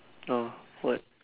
no what